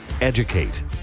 educate